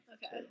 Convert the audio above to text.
Okay